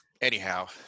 anyhow